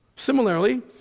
Similarly